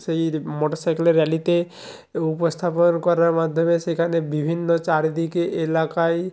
সেই মটরসাইকেলে র্যালিতে এবং উপস্থাপন করার মাধ্যমে সেখানে বিভিন্ন চারিদিকে এলাকায়